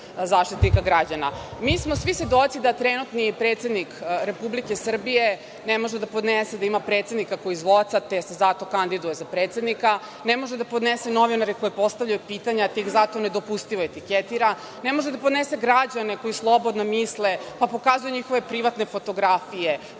smo svi u situaciji da trenutni predsednik Republike Srbije ne može da podnese da ima predsednika koji zvoca, te se zato kandiduje za predsednika, ne može da podnese novinare koji postavljaju pitanja te ih zato nedopustivo etiketira, ne može da podnese građane koji slobodno misle pa pokazuje njihove privatne fotografije,